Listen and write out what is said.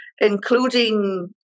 including